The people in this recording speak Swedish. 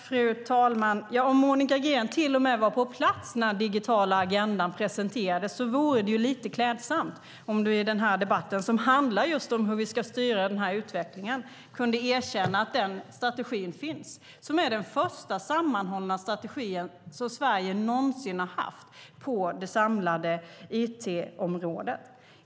Fru talman! Om Monica Green till och med var på plats när den digitala agendan presenterades vore det lite klädsamt om hon i den här debatten, som handlar just om hur vi ska styra den här utvecklingen, kunde erkänna att den strategin finns. Den är den första sammanhållna strategi som Sverige någonsin har haft på det samlade it-området.